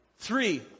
Three